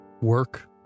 work